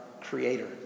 creator